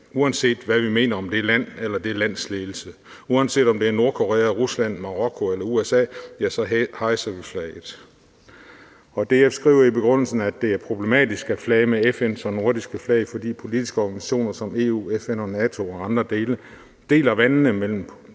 uanset hvad vi mener om det land eller det lands ledelse. Uanset om det er Nordkorea, Rusland, Marokko eller USA, hejser vi flaget. DF skriver i bemærkningerne, at det er problematisk at flage med EU's, FN's og NATO's flag, fordi politiske organisationer som EU, FN, NATO og andre deler vandene mellem